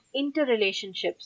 interrelationships